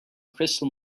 crystal